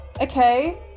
Okay